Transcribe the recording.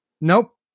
Nope